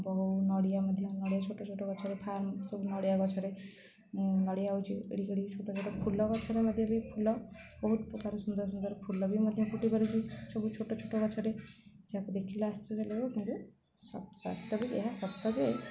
ବହୁ ନଡ଼ିଆ ମଧ୍ୟ ନଡ଼ିଆ ଛୋଟ ଛୋଟ ଗଛରେ ଫାର୍ମ ସବୁ ନଡ଼ିଆ ଗଛରେ ନଡ଼ିଆ ହେଉଛି ଏଡ଼ିକି ଏଡ଼ିକି ଛୋଟ ଛୋଟ ଫୁଲ ଗଛରେ ମଧ୍ୟ ବି ଫୁଲ ବହୁତ ପ୍ରକାର ସୁନ୍ଦର ସୁନ୍ଦର ଫୁଲ ବି ମଧ୍ୟ ଫୁଟି ପାରୁଛି ସବୁ ଛୋଟ ଛୋଟ ଗଛରେ ଯାହାକୁ ଦେଖିଲେ ଆଶ୍ଚର୍ଯ୍ୟ ଲାଗିବ କିନ୍ତୁ ବାସ୍ତବରେ ବି ଏହା ସତ ଯେ